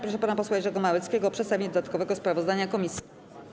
Proszę pana posła Jerzego Małeckiego o przedstawienie dodatkowego sprawozdania komisji.